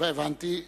הבנתי.